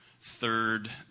Third